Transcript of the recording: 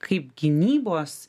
kaip gynybos